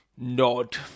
nod